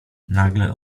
nagle